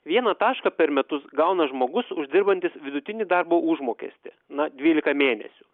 vieną tašką per metus gauna žmogus uždirbantis vidutinį darbo užmokestį na dvylika mėnesių